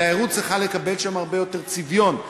התיירות צריכה לקבל שם הרבה יותר צביון.